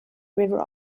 river